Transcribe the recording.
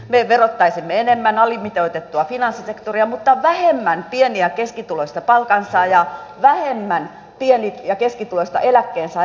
me verottaisimme enemmän alimitoitettua finanssisektoria mutta vähemmän pieni ja keskituloista palkansaajaa vähemmän pieni ja keskituloista eläkkeensaajaa